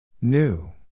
New